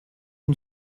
une